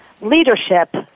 leadership